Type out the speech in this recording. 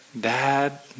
Dad